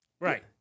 Right